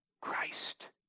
Christ